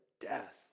death